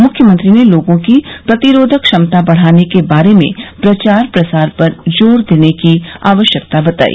मुख्यमंत्री ने लोगों की प्रतिरोधक क्षमता बढ़ाने के बारे में प्रचार प्रसार पर जोर देने की आवश्यकता बताई